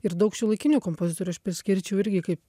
ir daug šiuolaikinių kompozitorių aš priskirčiau irgi kaip